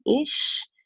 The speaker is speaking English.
ish